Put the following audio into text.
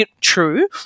True